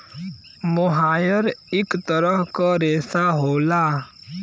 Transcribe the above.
मोहायर इक तरह क रेशा होला